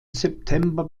september